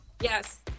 Yes